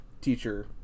teacher